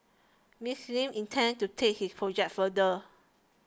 Miss Lin intends to take his project further